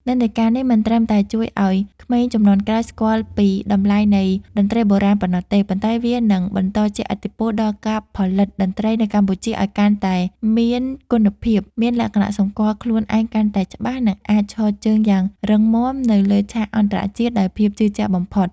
និន្នាការនេះមិនត្រឹមតែជួយឱ្យក្មេងជំនាន់ក្រោយស្គាល់ពីតម្លៃនៃតន្ត្រីបុរាណប៉ុណ្ណោះទេ ប៉ុន្តែវានឹងបន្តជះឥទ្ធិពលដល់ការផលិតតន្ត្រីនៅកម្ពុជាឱ្យកាន់តែមានគុណភាព មានលក្ខណៈសម្គាល់ខ្លួនឯងកាន់តែច្បាស់ និងអាចឈរជើងយ៉ាងរឹងមាំនៅលើឆាកអន្តរជាតិដោយភាពជឿជាក់បំផុត។